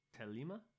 Telima